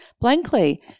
blankly